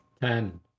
ten